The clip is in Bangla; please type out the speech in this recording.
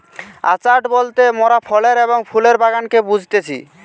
অর্চাড বলতে মোরাফলের এবং ফুলের বাগানকে বুঝতেছি